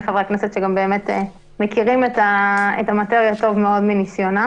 חברי הכנסת שמכירים את המטריה טוב מאוד מניסיונם.